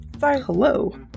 Hello